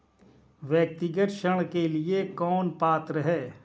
व्यक्तिगत ऋण के लिए कौन पात्र है?